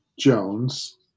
jones